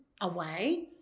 away